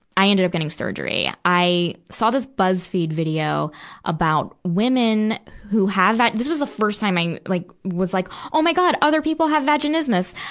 i ended up getting surgery. i saw this buzzfeed video about women who have va this was the first time i, like, was like, oh my god! other people have vaginismus!